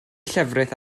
llefrith